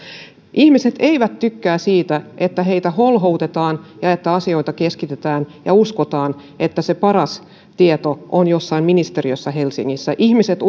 ihmiset eivät tykkää siitä että heitä holhotaan ja että asioita keskitetään ja uskotaan että se paras tieto on jossain ministeriössä helsingissä ihmiset